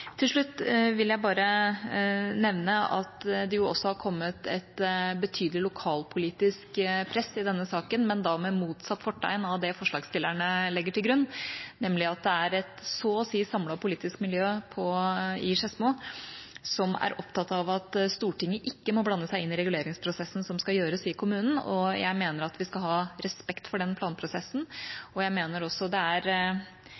Til slutt vil jeg bare nevne at det også har kommet et betydelig lokalpolitisk press i denne saken, men med motsatt fortegn av det forslagsstillerne legger til grunn, nemlig at det er et så å si samlet politisk miljø i Skedsmo som er opptatt av at Stortinget ikke må blande seg inn i reguleringsprosessen som skal gjøres i kommunen. Jeg mener at vi skal ha respekt for den planprosessen, og jeg mener også det har et snev av ironi ved seg at det er